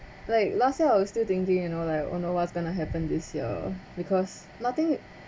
like last year I was still thinking you know like oh no what's going to happen this year because nothing